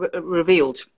revealed